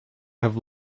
have